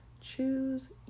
choose